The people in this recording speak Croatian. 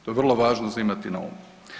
To je vrlo važno za imati na umu.